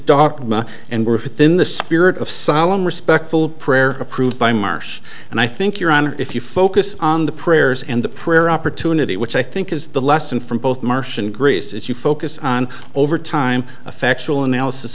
dogma and work within the spirit of solemn respectful prayer approved by marsh and i think your honor if you focus on the prayers and the prayer opportunity which i think is the lesson from both martian greece as you focus on over time a factual analysis